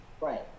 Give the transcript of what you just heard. Right